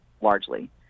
largely